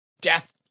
death